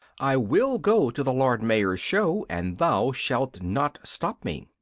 i will go to the lord mayor's show, and thou shalt not stop me.